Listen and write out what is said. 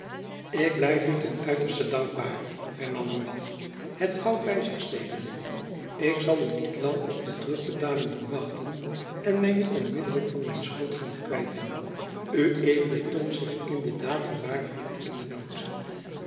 ik blijf u ten uiterste dankbaar hernam buat het goud by zich stekende ik zal u niet lang op de terugbetaling doen wachten en my nu onmiddelijk van mijn schuld gaan kwijten ued toont zich in de daad een waar vriend in den nood